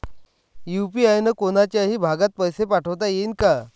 UPI न कोनच्याही भागात पैसे पाठवता येईन का?